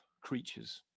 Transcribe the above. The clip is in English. creatures